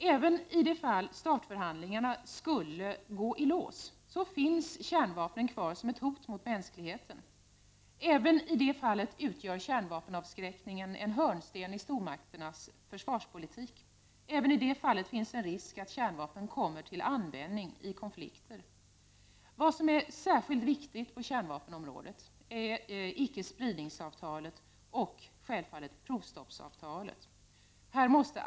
Även om START-förhandlingarna skulle gå i lås finns kärnvapnen kvar som ett hot mot mänskligheten. Kärnvapenavskräckningen utgör en hörnsten i stormakternas försvarspolitik. Det finns en risk att kärnvapnen kommer till användning i konflikter. På kärnvapenområdet är icke-spridningsavtalet och provstoppsavtalet särskilt viktiga.